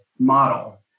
model